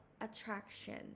attraction